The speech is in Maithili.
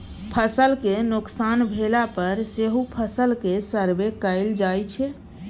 फसलक नोकसान भेला पर सेहो फसलक सर्वे कएल जाइ छै